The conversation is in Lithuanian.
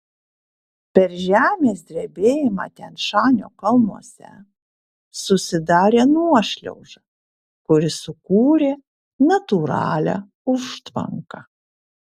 per žemės drebėjimą tian šanio kalnuose susidarė nuošliauža kuri sukūrė natūralią užtvanką